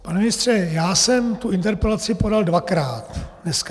Pane ministře, já jsem tu interpelaci podal dvakrát dneska.